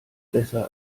besser